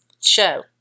show